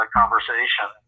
conversation